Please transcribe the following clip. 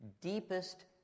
deepest